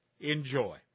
Enjoy